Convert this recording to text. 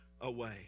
away